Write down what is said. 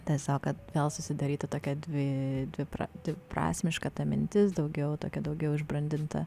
tiesiog kad gal susidarytų tokia dvi dviprasmiška ta mintis daugiau tokia daugiau išbrandinta